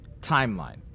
timeline